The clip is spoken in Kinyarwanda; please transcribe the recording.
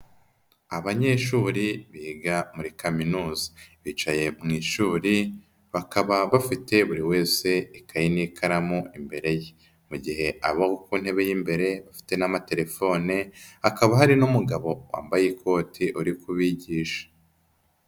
Abanyeshuri biga muri kaminuza, bicaye mu ishuri bakaba bafite buri wese ikayi n'ikaramu imbere ye. Mu gihe abo ku ntebe y'imbere bafite n'amatelefone, hakaba hari n'umugabo wambaye ikoti uri kubigisha.